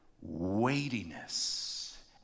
weightiness